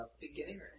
Beginning